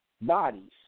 bodies